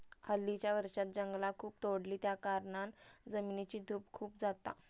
हल्लीच्या वर्षांत जंगला खूप तोडली त्याकारणान जमिनीची धूप खूप जाता